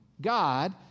God